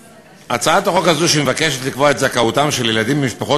הצעת החוק הזאת מבקשת לקבוע את זכאותם של ילדים ממשפחות